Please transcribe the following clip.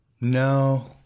no